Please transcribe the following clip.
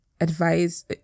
advice